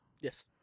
Yes